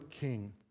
King